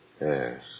Yes